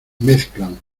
mezclan